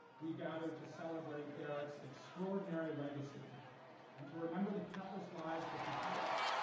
we gather to celebrate derrick's extraordinary legacy and to remember the countless lives that he touched,